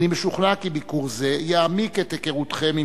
אני משוכנע כי ביקור זה יעמיק את היכרותכם עם